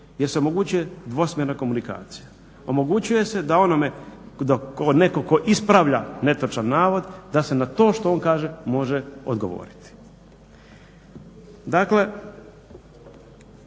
jer se omogućuje dvosmjerna komunikacija, omogućuje se da onome, neko ko ispravlja netočan navoda, da se na to što on kaže može odgovoriti. Dakle,